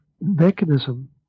mechanism